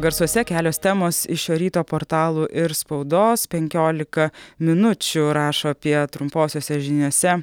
garsuose kelios temos iš šio ryto portalų ir spaudos penkiolika minučių rašo apie trumposiose žiniose